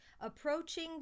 Approaching